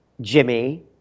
Jimmy